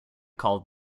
called